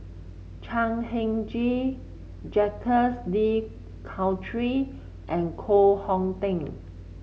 Chan Heng Chee Jacques De Coutre and Koh Hong Teng